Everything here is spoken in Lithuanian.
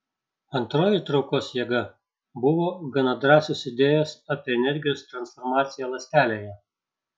antroji traukos jėga buvo gana drąsios idėjos apie energijos transformaciją ląstelėje